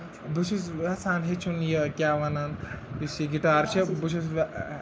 بہٕ چھُس یَژھان ہیٚچھُن یہِ کیٛاہ وَنَن یُس یہِ گِٹار چھُ بہٕ چھُس